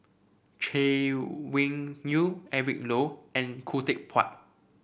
Chay Weng Yew Eric Low and Khoo Teck Puat